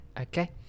Okay